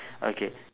okay